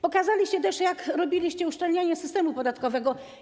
Pokazaliście też, jak robiliście uszczelnianie systemu podatkowego.